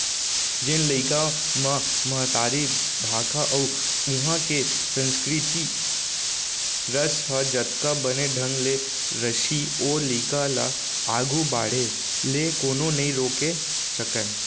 जेन लइका म महतारी भाखा अउ उहॉं के संस्कृति रस ह जतका बने ढंग ले रसही ओ लइका ल आघू बाढ़े ले कोनो नइ रोके सकयँ